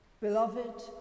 Beloved